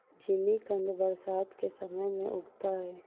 जिमीकंद बरसात के समय में उगता है